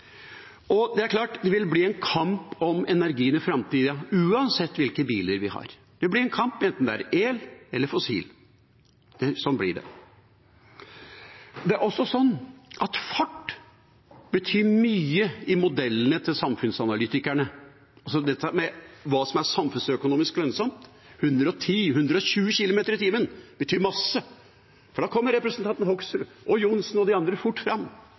Og det er klart at det vil bli en kamp om energien i framtiden, uansett hvilke biler vi har. Det blir en kamp enten det er elbiler eller fossilbiler. Sånn blir det. Også fart betyr mye i modellene til samfunnsanalytikerne, dette med hva som er samfunnsøkonomisk lønnsomt – 110 eller 120 km/t betyr masse. Da kommer representantene Hoksrud og Johnsen og de andre fort fram: